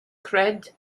creid